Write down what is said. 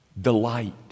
delight